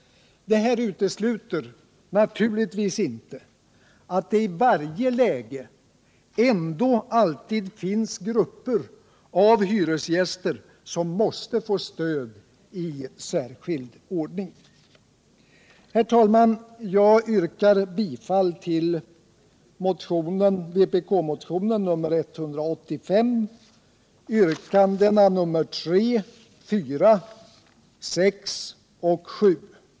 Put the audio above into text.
Detta utesluter naturligtvis inte att det i varje läge ändå alltid finns grupper av hyresgäster, som måste få stöd i särskild ordning. Herr talman! Jag yrkar bifall till vpk-motionen 1977/78:185, yrkandena 3, 4, 6 och 7.